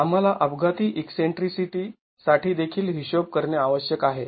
आम्हाला अपघाती ईकसेंट्रीसिटी साठी देखील हिशोब करणे आवश्यक आहे